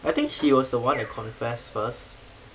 I think he was the one that confessed first